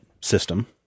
system